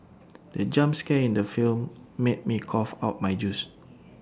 the jump scare in the film made me cough out my juice